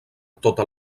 tota